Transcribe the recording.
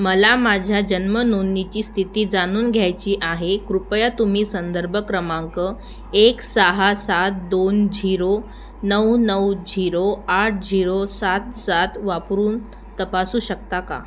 मला माझ्या जन्म नोंदणीची स्थिती जाणून घ्यायची आहे कृपया तुम्ही संदर्भ क्रमांक एक सहा सात दोन झिरो नऊ नऊ झिरो आठ झिरो सात सात वापरून तपासू शकता का